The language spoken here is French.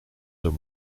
deux